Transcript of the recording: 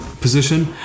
position